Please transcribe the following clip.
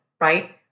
right